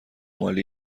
مالی